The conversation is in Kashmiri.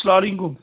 سلام علیکُم